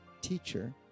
teacher